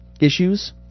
issues